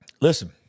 listen